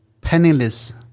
penniless